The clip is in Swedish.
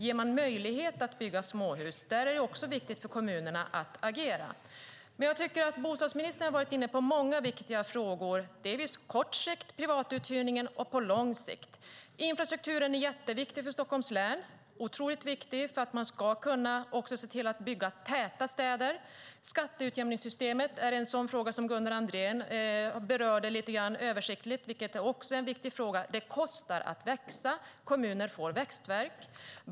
Ger man möjlighet att bygga småhus? Där är det också viktigt för kommunerna att agera. Bostadsministern har varit inne på många viktiga frågor, dels på kort sikt, med privatuthyrningen, dels på lång sikt. Infrastrukturen är otroligt viktig för Stockholms län, för att man ska kunna se till att bygga täta städer. Skatteutjämningssystemet är en sådan viktig fråga, som Gunnar Andrén berörde lite översiktligt. Det kostar att växa; kommuner får växtvärk.